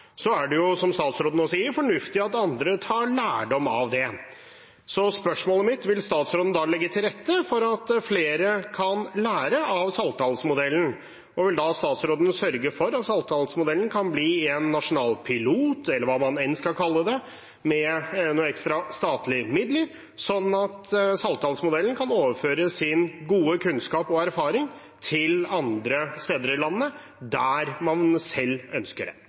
er det jo, som statsråden sier, fornuftig at andre tar lærdom av det. Så spørsmålet mitt: Vil statsråden legge til rette for at flere kan lære av Saltdalsmodellen, og vil statsråden sørge for at Saltdalsmodellen kan bli en nasjonal pilot, eller hva man skal kalle det, med noen ekstra statlige midler, slik at Saltdalsmodellen kan overføre sin gode kunnskap og erfaring til andre steder i landet der man selv ønsker det?